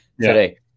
today